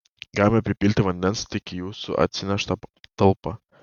galime pripilti vandens tik į jūsų atsineštą talpą